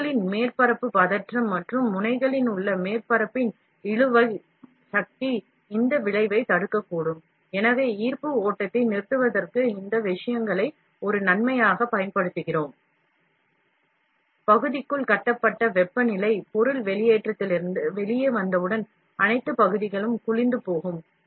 உருகலின் மேற்பரப்பு பதற்றம் மற்றும் முனைகளின் உள் மேற்பரப்பின் இழுவை சக்தி இந்த விளைவைத் தடுக்கக்கூடும் எனவே ஈர்ப்பு ஓட்டத்தை நிறுத்துவதற்கு இந்த விஷயங்களை ஒரு நன்மையாகப் பயன்படுத்துகிறோம் பகுதிக்குள் கட்டப்பட்ட வெப்பநிலை பொருள் வெளியேற்றத்திலிருந்து வெளியே வந்தவுடன் அனைத்து பகுதிகளும் குளிர்ந்து போகும்